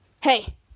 hey